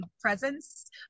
presence